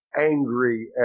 angry